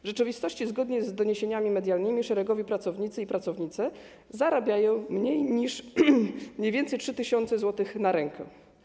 W rzeczywistości zgodnie z doniesieniami medialnymi szeregowi pracownicy i pracownice zarabiają mniej więcej 3 tys. zł na rękę.